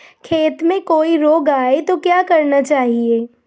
खेत में कोई रोग आये तो क्या करना चाहिए?